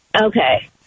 Okay